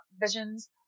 visions